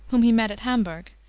whom he met at hamburg,